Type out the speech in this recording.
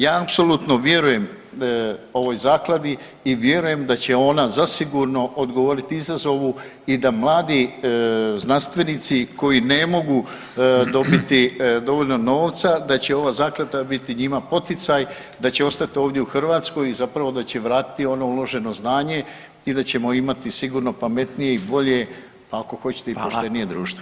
Ja apsolutno vjerujem ovoj zakladi i vjerujem da će ona zasigurno odgovorit izazovu i da mladi znanstvenici koji ne mogu dobiti dovoljno novca da će ova zaklada biti njima poticaj da će ostat ovdje u Hrvatskoj i zapravo da će vratiti ono uloženo znanje i da ćemo imati sigurno pametnije i bolje, ako hoćete i poštenije društvo.